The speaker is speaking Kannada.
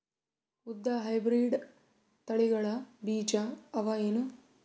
ಉದ್ದ ಹೈಬ್ರಿಡ್ ತಳಿಗಳ ಬೀಜ ಅವ ಏನು?